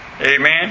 Amen